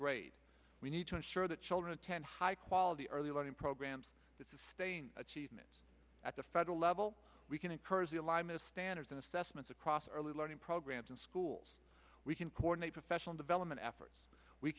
grade we need to ensure that children attend high quality early learning programs that sustain achievement at the federal level we can encourage the alignment standards and assessments across early learning programs in schools we can coordinate professional development efforts we